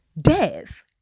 death